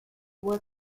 was